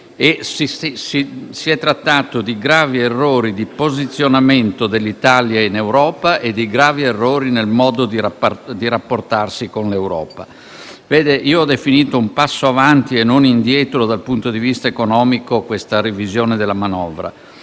Si è trattato di gravi errori di posizionamento dell'Italia in Europa e di gravi errori nel modo di rapportarsi con essa. Ho definito un passo avanti e non indietro dal punto di vista economico la revisione della manovra.